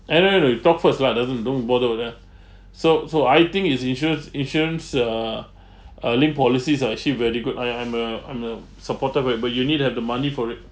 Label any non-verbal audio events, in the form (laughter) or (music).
and then we talk first lah doesn't don't bother with that (breath) so so I think it's insurance insurance uh uh linked policies are actually very good I I'm a I'm a supporter but but you need to have the money for it